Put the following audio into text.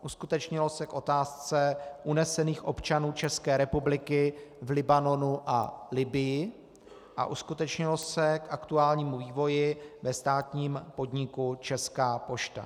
Uskutečnilo se k otázce unesených občanů České republiky v Libanonu a Libyi a uskutečnilo se k aktuálnímu vývoji ve státním podniku Česká pošta.